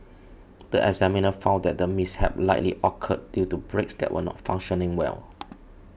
the examiner found that the mishap likely occurred due to brakes that were not functioning well